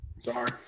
Sorry